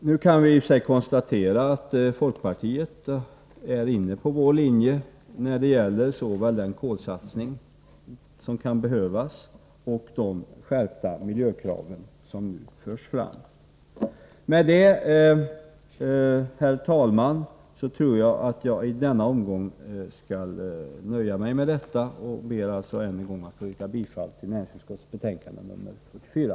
Nu kan vi i och för sig konstatera att folkpartiet är inne på vår linje när det gäller både den kolsatsning som kan behövas och de skärpta miljökrav som nu förs fram. Herr talman! I denna omgång skall jag nöja mig med detta, och jag ber att ännu en gång få yrka bifall till näringsutskottets hemställan i betänkande nr 44.